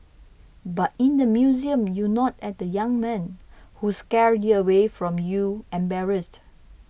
but in the museum you nod at the young men who scurry away from you embarrassed